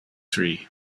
three